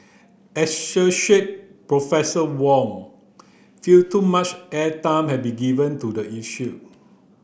associate Professor Wong felt too much airtime had been given to the issue